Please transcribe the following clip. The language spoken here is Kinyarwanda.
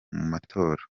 matora